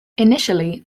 initially